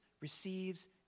receives